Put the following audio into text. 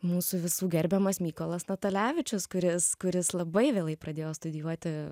mūsų visų gerbiamas mykolas natalevičius kuris kuris labai vėlai pradėjo studijuoti